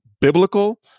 biblical